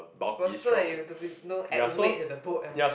but so you have to be know add weight to the boat ah